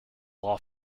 law